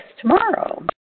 tomorrow